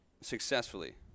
successfully